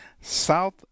South